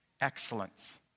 excellence